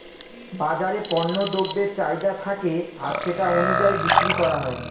বাজারে পণ্য দ্রব্যের চাহিদা থাকে আর সেটা অনুযায়ী বিক্রি করা হয়